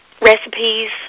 recipes